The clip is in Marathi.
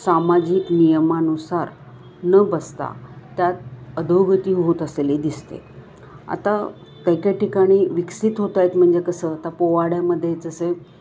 सामाजिक नियमानुसार न बसता त्यात अधोगती होत असलेली दिसते आता काही काही ठिकाणी विकसित होत आहेत म्हणजे कसं आता पोवाड्यामध्ये जसे